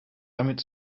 damit